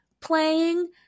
playing